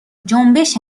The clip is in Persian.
جنبش